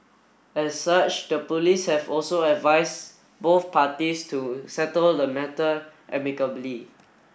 as such the police have also advise both parties to settle the matter amicably